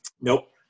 Nope